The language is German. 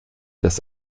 dass